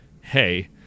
hey